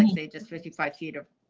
say just fifty five feet of,